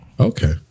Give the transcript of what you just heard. Okay